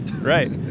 Right